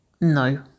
No